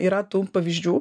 yra tų pavyzdžių